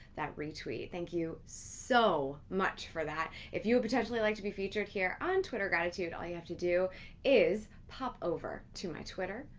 that retweet. thank you so much for that. if you would potentially like to be featured here on twitter gratitude, all you have to do is hop over to my twitter,